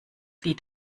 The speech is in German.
lied